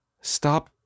stop